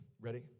ready